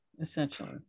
essentially